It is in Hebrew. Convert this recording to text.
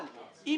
אבל אם